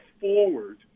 forward